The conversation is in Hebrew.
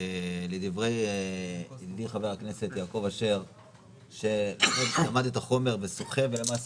לדברי חבר הכנסת יעקב אשר שבאמת למד את החומר ושוחה ולמעשה